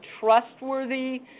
trustworthy